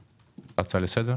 תודה.